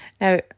Now